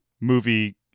movie